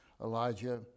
Elijah